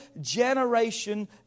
generation